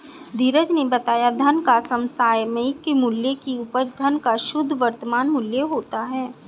धीरज ने बताया धन का समसामयिक मूल्य की उपज धन का शुद्ध वर्तमान मूल्य होता है